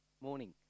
Morning